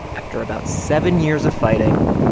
after about seven years of fighting,